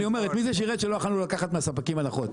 אני אומר את מי זה שירת שלא יכולנו לקחת מהספקים הנחות?